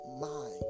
mind